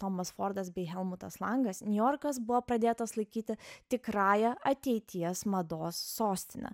tomas fordas bei helmutas langas niujorkas buvo pradėtas laikyti tikrąja ateities mados sostine